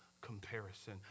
comparison